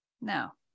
No